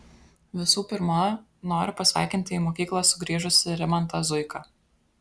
visų pirma noriu pasveikinti į mokyklą sugrįžusį rimantą zuiką